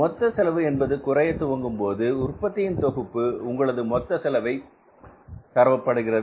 மொத்த செலவு என்பது குறையத் துவங்கும் போது உற்பத்தியின் தொகுப்பு உங்களது மொத்த செலவு தரப்படுகிறது